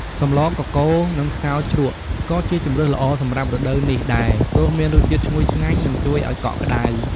សម្លកកូរ និងស្ងោរជ្រក់ ក៏ជាជម្រើសល្អសម្រាប់រដូវនេះដែរ ព្រោះមានរសជាតិឈ្ងុយឆ្ងាញ់ និងជួយឱ្យកក់ក្ដៅ។